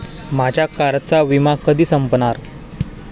माझ्या कारचा विमा कधी संपणार